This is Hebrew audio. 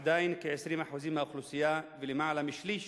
עדיין כ-20% מהאוכלוסייה ולמעלה משליש